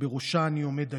שבראשה אני עומד היום.